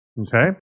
Okay